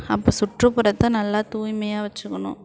அப்போ சுற்றுப்புறத்தை நல்லா தூய்மையாக வச்சுக்கணும்